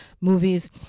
movies